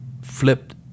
flipped